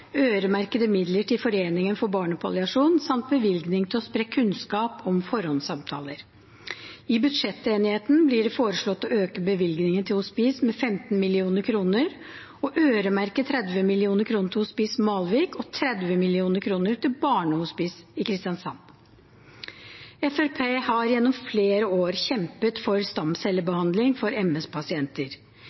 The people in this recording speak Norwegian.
øremerkede midler til Foreningen for barnepalliasjon samt bevilgning til å spre kunnskap om forhåndssamtaler. I budsjettenigheten blir det foreslått å øke bevilgninger til hospice med 15 mill. kr, å øremerke 30 mill. kr til hospicet i Malvik og 30 mill. kr til barnehospice i Kristiansand. Fremskrittspartiet har gjennom flere år kjempet for stamcellebehandling for